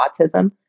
autism